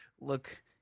look